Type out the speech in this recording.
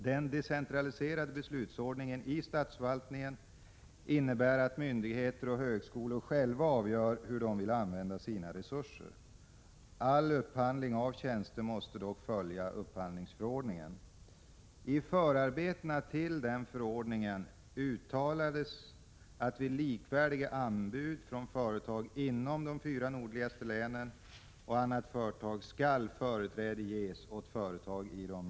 Den decentraliserade beslutsordningen i statsförvaltningen innebär att myndigheter och högskolor själva avgör hur de vill använda sina resurser. All upphandling av tjänster måste dock följa upphandlingsförordningen .